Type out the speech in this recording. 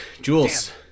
Jules